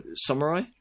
samurai